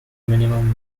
minimum